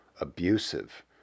abusive